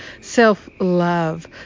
self-love